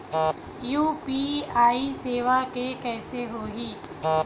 UPI सेवा के कइसे होही?